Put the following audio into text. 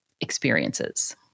experiences